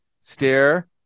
stare